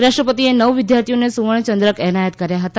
રાષ્ટ્રપતિએ નવ વિદ્યાર્થીઓને સુવર્ણચંદ્રક એનાયત કર્યા હતા